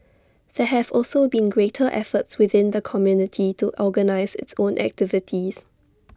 there have also been greater efforts within the community to organise its own activities